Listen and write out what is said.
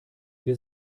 wir